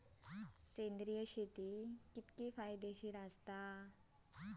सेंद्रिय शेती कितकी फायदेशीर आसा?